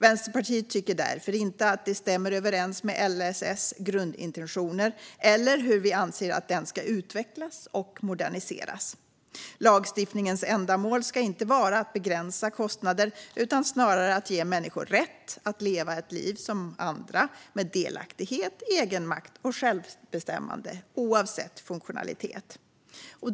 Vänsterpartiet tycker därför inte att det stämmer överens med grundintentionerna i LSS eller hur vi anser att lagen ska utvecklas och moderniseras. Lagstiftningens ändamål ska inte vara att begränsa kostnader utan snarare att ge människor rätt att leva ett liv som andra med delaktighet, egenmakt och självbestämmande oavsett funktionalitet.